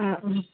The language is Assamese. অঁ অঁ